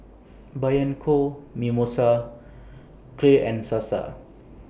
Bianco Mimosa Clear and Sasa